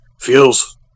Feels